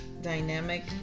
dynamic